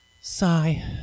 Sigh